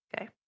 Okay